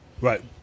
Right